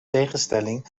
tegenstelling